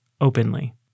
openly